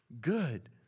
good